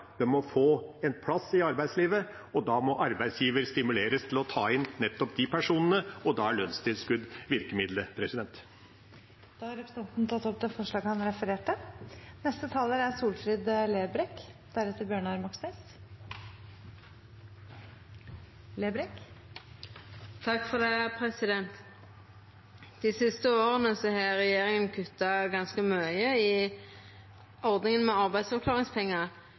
må få en plass i arbeidslivet. Da må arbeidsgiver stimuleres til å ta inn nettopp de personene, og da er lønnstilskudd virkemiddelet. Representanten Per Olaf Lundteigen har tatt opp de forslagene han refererte til. Dei siste åra har regjeringa kutta ganske mykje i ordninga med arbeidsavklaringspengar for